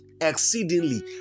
exceedingly